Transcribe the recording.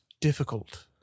difficult